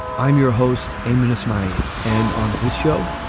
i'm your host, a munni my. and on this show,